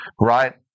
right